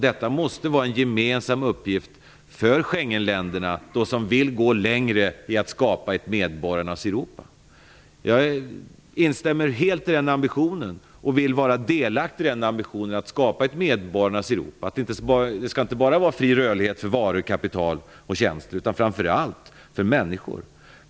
Detta måste vara en gemensam uppgift för Schengenländerna som vill gå längre när det gäller att skapa ett medborgarnas Jag instämmer helt i och jag vill vara delaktig i ambitionen om ett skapande av ett medborgarnas Europa. Det skall inte bara vara fri rörlighet för varor, kapital och tjänster, utan framför allt för människor.